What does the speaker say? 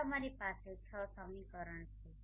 હવે તમારી પાસે 6 સમીકરણો છે